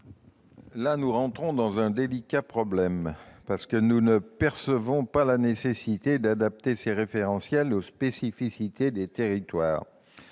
? Nous entrons là dans une délicate problématique ... Nous ne percevons pas la nécessité d'adapter ces référentiels aux spécificités des territoires.